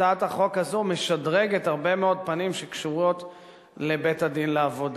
הצעת החוק הזו משדרגת הרבה מאוד פנים שקשורים לבית-הדין לעבודה,